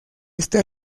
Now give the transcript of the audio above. este